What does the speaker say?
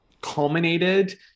culminated